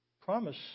promise